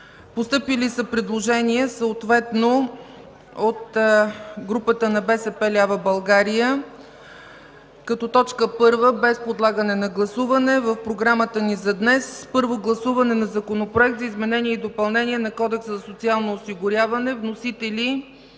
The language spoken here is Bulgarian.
Постъпило е предложение от групата на БСП лява България като точка първа – без подлагане на гласуване, в програмата ни за днес: Първо гласуване на Законопроект за изменение и допълнение на Кодекса за социално осигуряване. Вносители